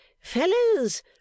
Fellows